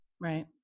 Right